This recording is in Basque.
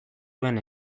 duen